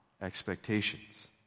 expectations